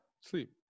sleep